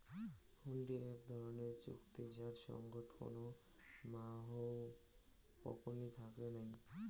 হুন্ডি আক ধরণের চুক্তি যার সঙ্গত কোনো মাহও পকনী থাকে নাই